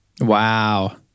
Wow